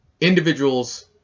individuals